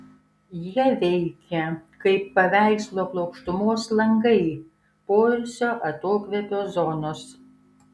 jie veikia kaip paveikslo plokštumos langai poilsio atokvėpio zonos